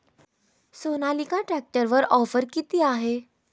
सोनालिका ट्रॅक्टरवर ऑफर किती आहे?